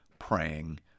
praying